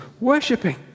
Worshipping